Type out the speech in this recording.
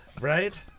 right